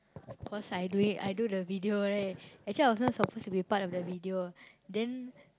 cause I doing I do the video right actually I wasn't supposed to be part of the video then